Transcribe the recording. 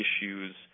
issues